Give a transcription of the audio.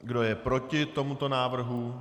Kdo je proti tomuto návrhu?